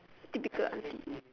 typical auntie